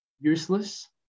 useless